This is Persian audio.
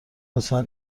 لطفا